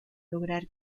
lograr